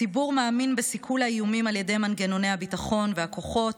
הציבור מאמין בסיכול האיומים על ידי מנגנוני הביטחון והכוחות.